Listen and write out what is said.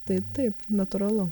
tai taip natūralu